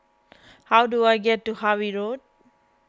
how do I get to Harvey Road